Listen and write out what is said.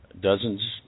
dozens